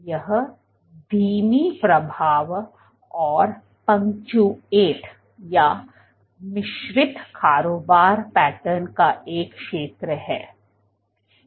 यह धीमी प्रवाह और पंचाट या मिश्रित कारोबार पैटर्न का एक क्षेत्र है